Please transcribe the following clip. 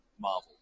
Marvel